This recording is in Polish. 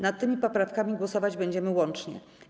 Nad tymi poprawkami głosować będziemy łącznie.